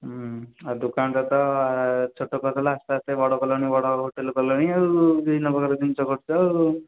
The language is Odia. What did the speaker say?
ହୁଁ ଆଉ ଦୋକାନଟା ତ ଛୋଟ କରିଦେଲ ଆସ୍ତେ ଆସ୍ତେ ବଡ଼ କଲନି ବଡ଼ ବଡ଼ ହୋଟେଲ୍ କଲେଣି ଆଉ ବିଭିନ୍ନ ପ୍ରକାର ଜିନିଷ କରୁଛ ଆଉ